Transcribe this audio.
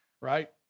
right